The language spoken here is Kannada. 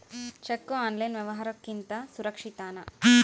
ಚೆಕ್ಕು ಆನ್ಲೈನ್ ವ್ಯವಹಾರುಕ್ಕಿಂತ ಸುರಕ್ಷಿತನಾ?